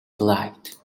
delight